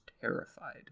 terrified